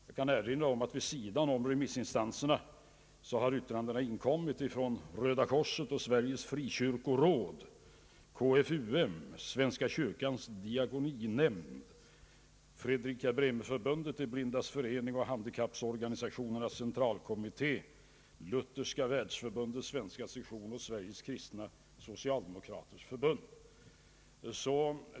Jag kan erinra om att vid sidan av remissinstanserna yttranden har inkommit från Röda korset, Sveriges frikyrkoråd, KFUM, Svenska kyrkans diakoninämnd, Fredrika Bremerförbundet, De blindas förening och Handikapporganisationernas << centralkommitté, Lutherska världsförbundets svenska sektion och Sveriges kristna socialdemokraters förbund.